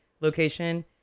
location